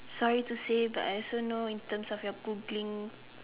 sorry to say but I also know in terms of your booking